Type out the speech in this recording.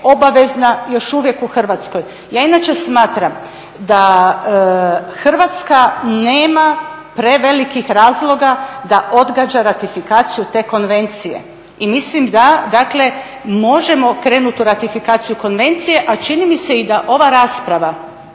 obavezna još uvijek u Hrvatskoj. Ja inače smatram da Hrvatska nema prevelikih razloga da odgađa ratifikaciju te Konvencije i mislim da dakle možemo krenuti u ratifikaciju Konvencije. A čini mi se da i ova rasprava